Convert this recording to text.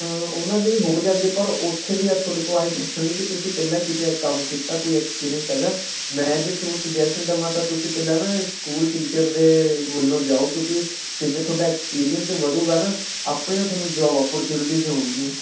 ਉਹਨਾਂ ਦੀ ਹੋ ਜਾਂਦੀ ਹੈ ਪਰ ਉੱਥੇ ਵੀ ਆ ਤੁਹਾਡੇ ਕੋਲ ਇਹੀ ਪੁੱਛਣਗੇ ਕਿ ਤੁਸੀਂ ਪਹਿਲਾਂ ਕਿਤੇ ਇਹ ਕੰਮ ਕੀਤਾ ਕੋਈ ਐਕਸਪੀਰੀਅੰਸ ਹੈਗਾ ਮੈਂ ਜੇ ਤੁਹਾਨੂੰ ਸੁਜੈਸ਼ਨ ਦੇਵਾਂ ਤਾਂ ਤੁਸੀਂ ਪਹਿਲਾਂ ਨਾ ਸਕੂਲ ਟੀਚਰ ਦੇ ਵੱਲੋਂ ਜਾਓ ਕਿਉਂਕਿ ਜਿਵੇਂ ਥੋਡਾ ਐਕਸਪੀਰੀਅੰਸ ਵਧੂਗਾ ਨਾ ਆਪਣੇ ਆਪ ਤੁਹਾਨੂੰ ਜੋਬ ਓਪਰਚੁਨੀਟੀਜ਼ ਆਉਣਗੀਆਂ